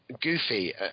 Goofy